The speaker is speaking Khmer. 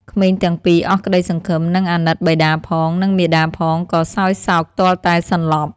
ក្មេងទាំងពីរអស់ក្តីសង្ឃឹម និងអាណិតបិតាផង និងមាតាផងក៏សោយសោកទាល់តែសន្លប់។